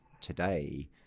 today